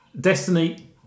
Destiny